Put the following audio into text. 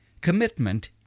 Commitment